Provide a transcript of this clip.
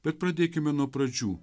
bet pradėkime nuo pradžių